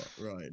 Right